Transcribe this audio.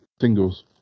singles